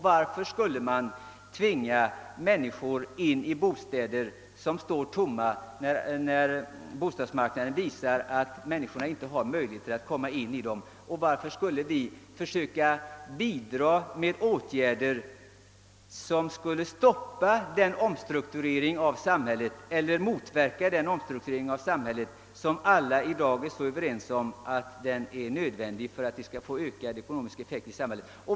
Varför skall man tvinga människor till något sådant, när det står klart att de inte har de ekonomiska möjligheterna? Varför skall vi försöka bidra med åtgärder som skulle motverka den omstrukturering av samhället som alla i dag är överens om att den erfordras för att åstadkomma ökad ekonomisk effekt?